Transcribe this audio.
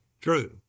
True